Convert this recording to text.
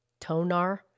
tonar